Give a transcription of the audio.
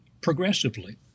progressively